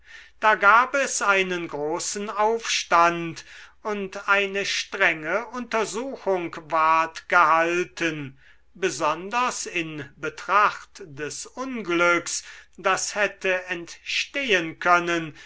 da gab es einen großen aufstand und eine strenge untersuchung ward gehalten besonders in betracht des unglücks das hätte entstehen können